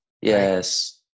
Yes